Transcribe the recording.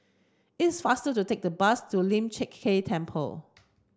it's faster to take the bus to Lian Chee Kek Temple